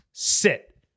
sit